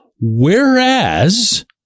Whereas